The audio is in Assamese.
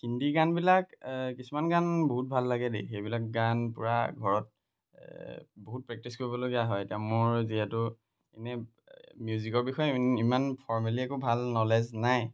হিন্দী গানবিলাক কিছুমান গান বহুত ভাল লাগে দেই সেইবিলাক গান পূৰা ঘৰত বহুত প্ৰেক্টিচ কৰিবলগীয়া হয় এতিয়া মোৰ যিহেতু এনেই মিউজিকৰ বিষয়ে ইমান ফৰ্মেলি একো ভাল ন'লেজ নাই